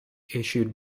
issued